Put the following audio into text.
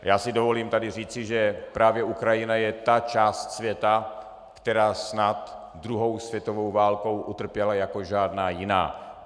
Já si tady dovolím říci, že právě Ukrajina je ta část světa, která snad druhou světovou válkou utrpěla jako žádná jiná.